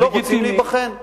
לא רוצים להיבחן.